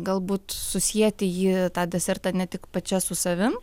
galbūt susieti jį tą desertą ne tik pačia su savim